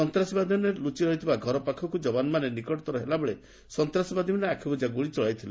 ସନ୍ତାସବାଦୀମାନେ ଲୁଚି ରହିଥିବା ଘର ପାଖକୁ ଯବାନମାନେ ନିକଟତର ହେଲାବେଳେ ସନ୍ତାସବାଦୀମାନେ ଆଖିବୁଜା ଗୁଳି ଚଳାଇଥିଲେ